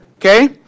Okay